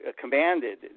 commanded